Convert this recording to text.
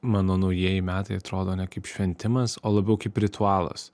mano naujieji metai atrodo ne kaip šventimas o labiau kaip ritualas